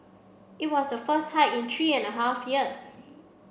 it was the first hike in three and a half years